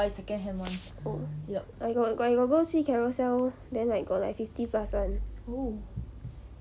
oh I got I got go see carousell then like got like fifty plus [one]